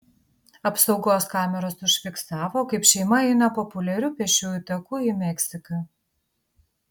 apsaugos kameros užfiksavo kaip šeima eina populiariu pėsčiųjų taku į meksiką